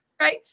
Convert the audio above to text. Right